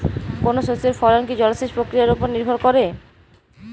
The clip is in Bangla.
কোনো শস্যের ফলন কি জলসেচ প্রক্রিয়ার ওপর নির্ভর করে?